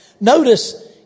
Notice